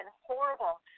horrible